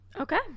okay